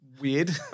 weird